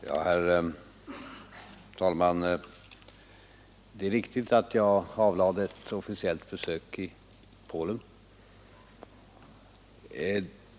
Herr talman! Det är riktigt att jag avlagt ett officiellt besök i Polen.